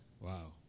Wow